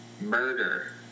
murder